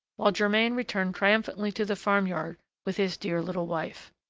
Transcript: while germain returned triumphantly to the farm-yard with his dear little wife.